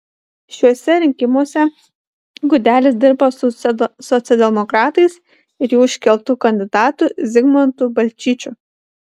šiuose rinkimuose gudelis dirba su socialdemokratais ir jų iškeltu kandidatu zigmantu balčyčiu